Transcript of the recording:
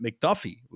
McDuffie